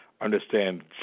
understand